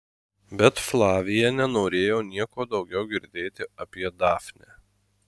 bet flavija nenorėjo nieko daugiau girdėti apie dafnę